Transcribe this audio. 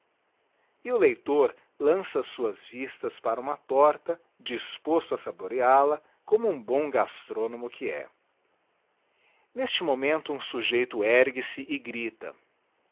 e o leitor lança as suas vistas para uma torta disposto a saboreal a como um bom gastronomo que é neste momento um sujeito ergue-se e grita